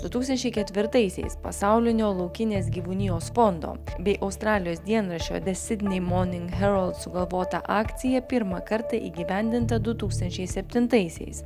du tūkstančiai ketvirtaisiais pasaulinio laukinės gyvūnijos fondo bei australijos dienraščio the sydney morning herald sugalvota akcija pirmą kartą įgyvendinta du tūkstančiai septintaisiais